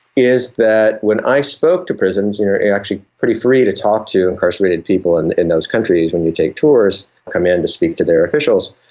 is that when i spoke to prisoners, and you're actually pretty free to talk to incarcerated people in in those countries when you take tours or come in to speak to their officials,